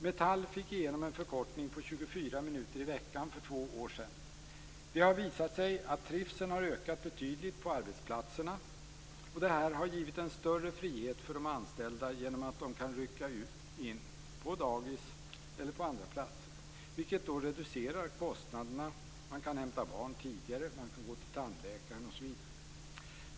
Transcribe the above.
Metall fick igenom en förkortning på 24 minuter i veckan för två år sedan. Det har visat sig att trivseln har ökat betydligt på arbetsplatserna. Detta har givit en större frihet för de anställda, genom att de kan rycka in på dagis eller på andra platser, vilket reducerar kostnaderna. Man kan hämta barn tidigare, gå till tandläkaren osv.